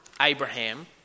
Abraham